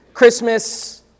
Christmas